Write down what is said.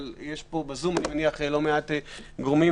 אבל אני מניח שיש בזום לא מעט גורמים.